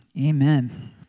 amen